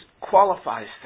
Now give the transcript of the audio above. qualifies